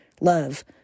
love